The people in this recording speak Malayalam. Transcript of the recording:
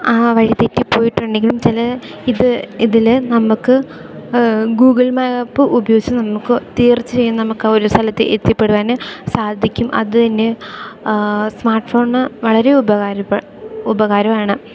ആ വഴിതെറ്റി പോയിട്ടുണ്ടെങ്കിലും ചില ഇത് ഇതിൽ നമുക്ക് ഗൂഗിൾ മാപ്പ് ഉപയോഗിച്ച് നമുക്ക് തീർച്ചായും നമുക്ക് ആ ഒരു സ്ഥലത്ത് എത്തിപ്പെടുവാൻ സാധിക്കും അതുതന്നെ സ്മാർട്ട് ഫോണ് വളരെ ഉപകാരം ഉപകാരമാണ്